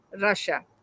Russia